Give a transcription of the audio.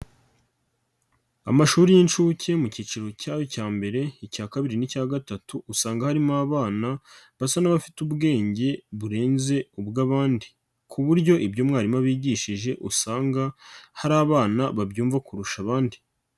Amashuri y'inshuke mu kiciro cyayo cya mbere icya kabiri n'icya gatatu usanga harimo abana basa n'abafite ubwenge burenze ubw'abandi ku buryo ibyo mwarimu abigishije usanga hari abana babyumva kurusha abandi.